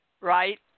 Right